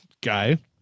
guy